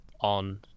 on